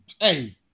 hey